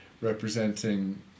representing